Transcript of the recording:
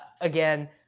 again